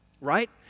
right